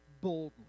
boldly